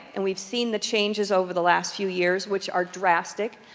and we've seen the changes over the last few years, which are drastic.